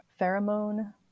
pheromone